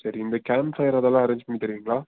சரி camp fire அதெல்லாம் arrange பண்ணி தருவீங்களா